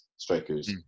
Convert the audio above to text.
Strikers